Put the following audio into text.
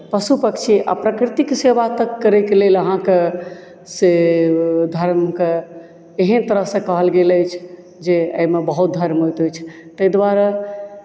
पशु पक्षी आओर प्रकृतिक सेवा तऽ करैके लेल अहाँके से धर्मके एहन तरहसँ कहल गेल अछि जे एहिमे बहुत धर्म होइत छै तेँ दुआरे